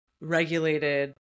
regulated